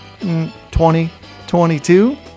2022